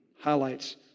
highlights